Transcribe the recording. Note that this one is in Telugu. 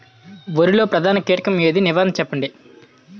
వరిలో ప్రధాన కీటకం ఏది? నివారణ చెప్పండి?